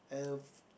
uh